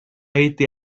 été